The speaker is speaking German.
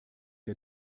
der